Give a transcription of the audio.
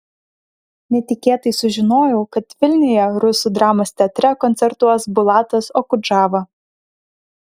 netikėtai sužinojau kad vilniuje rusų dramos teatre koncertuos bulatas okudžava